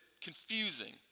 confusing